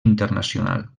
internacional